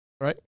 Right